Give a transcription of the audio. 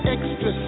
Extra